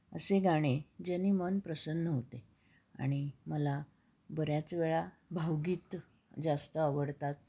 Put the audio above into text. असे गाणे ज्याने मन प्रसन्न होते आणि मला बऱ्याच वेळा भावगीते जास्त आवडतात